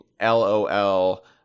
LOL